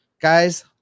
guys